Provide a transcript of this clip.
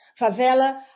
Favela